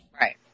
Right